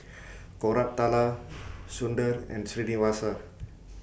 Koratala Sundar and Srinivasa